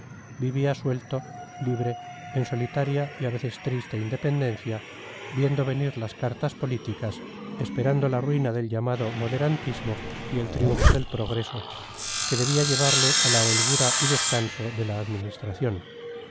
vivía suelto libre en solitaria y a veces triste independencia viendo venir las cartas políticas esperando la ruina del llamado moderantismo y el triunfo del progreso que debía llevarle a la holgura y descanso de la administración